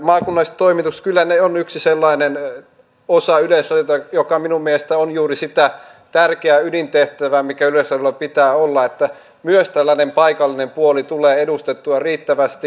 kyllä ne ovat yksi sellainen osa yleisradiota joka minun mielestäni on juuri sitä tärkeää ydintehtävää mikä yleisradiolla pitää olla että myös tällainen paikallinen puoli tulee edustettua riittävästi